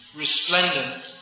resplendent